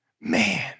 Man